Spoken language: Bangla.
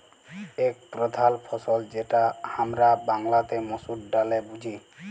এক প্রধাল ফসল যেটা হামরা বাংলাতে মসুর ডালে বুঝি